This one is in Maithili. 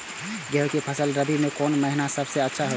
गेहूँ के फसल रबि मे कोन महिना सब अच्छा होयत अछि?